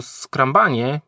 skrambanie